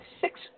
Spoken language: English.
six